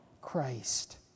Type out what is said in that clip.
Christ